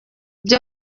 bye